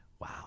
Wow